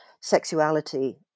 sexuality